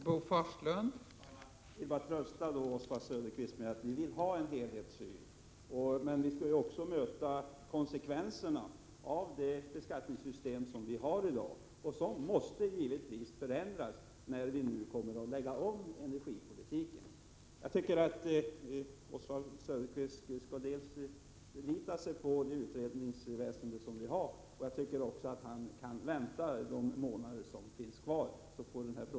Fru talman! Jag vill bara trösta Oswald Söderqvist med att vi vill ha en helhetssyn på denna fråga. Men vi skall också dra konsekvenserna av det beskattningssystem som vi har i dag, vilket givetvis måste förändras när energipolitiken skall läggas om. Jag tycker att Oswald Söderqvist skall förlita sig på det utredningsväsende som vi har. Jag tycker också att han kan vänta de månader som återstår innan utredningen lägger fram sitt material.